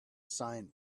sign